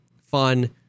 fun